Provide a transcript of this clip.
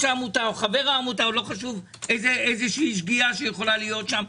העמותה או חבר העמותה או לא חשוב איזו שגיאה שיכולה להיות שם,